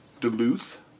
Duluth